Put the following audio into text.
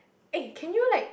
eh can you like